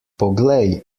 poglej